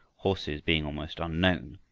horses being almost unknown,